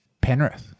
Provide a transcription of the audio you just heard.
Penrith